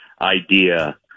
idea